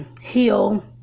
heal